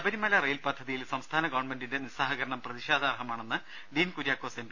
Sabarimala rail പദ്ധതിയിൽ സംസ്ഥാന ഗവൺമെന്റിന്റെ നിസ്റ്റഹകരണം പ്രതിഷേധാർഹമാണെന്ന് ഡീൻകുര്യാക്കോസ് എം